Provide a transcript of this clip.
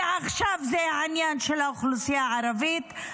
ועכשיו זה העניין של האוכלוסייה הערבית,